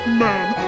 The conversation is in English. man